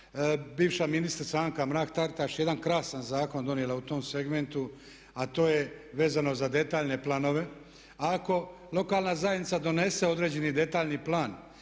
bivša ministrica Anka Mrak-Taritaš jedan krasan zakon donijela u tom segmentu a to je vezano za detaljne planove. A ako lokalna zajednica donese određeni detaljni plan